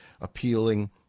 appealing